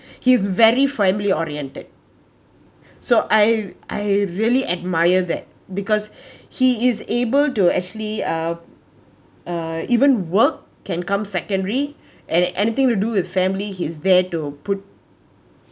he's very family oriented so I I really admire that because he is able to actually uh uh even work can come secondary and anything to do with family he's there to put